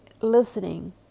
listening